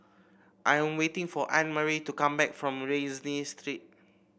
I'm waiting for Annemarie to come back from Rienzi Street